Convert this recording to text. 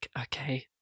Okay